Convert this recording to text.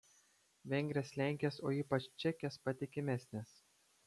vengrės lenkės o ypač čekės patikimesnės